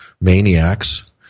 maniacs